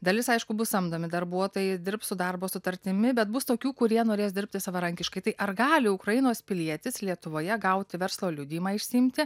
dalis aišku bus samdomi darbuotojai dirbs su darbo sutartimi bet bus tokių kurie norės dirbti savarankiškai tai ar gali ukrainos pilietis lietuvoje gauti verslo liudijimą išsiimti